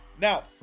now